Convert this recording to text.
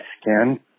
skin